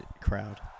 crowd